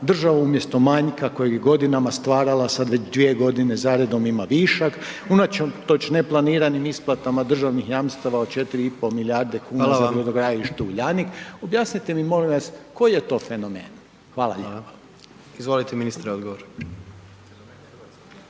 državu umjesto manjka kojeg je godinama stvarala sada već 2 godine za redom ima višak, unatoč neplaniranim isplatama državnih jamstava od 4,5 milijarde kuna za brodogradilište Uljanik. Objasnite mi molim vas koji je to fenomen. Hvala lijepa.